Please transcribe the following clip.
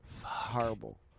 horrible